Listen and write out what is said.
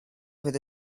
with